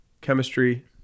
chemistry